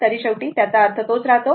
तर शेवटी याचा अर्थ तोच राहतो